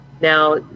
Now